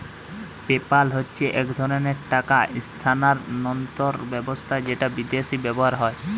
PayPal হচ্ছে এক ধরণের টাকা স্থানান্তর ব্যবস্থা যেটা বিদেশে ব্যবহার হয়